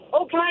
Okay